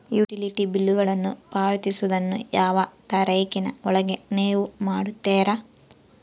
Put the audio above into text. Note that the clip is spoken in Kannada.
ಯುಟಿಲಿಟಿ ಬಿಲ್ಲುಗಳನ್ನು ಪಾವತಿಸುವದನ್ನು ಯಾವ ತಾರೇಖಿನ ಒಳಗೆ ನೇವು ಮಾಡುತ್ತೇರಾ?